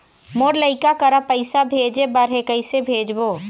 मोर लइका करा पैसा भेजें बर हे, कइसे भेजबो?